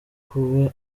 kuba